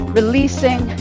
releasing